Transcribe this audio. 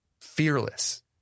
fearless